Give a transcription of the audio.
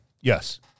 Yes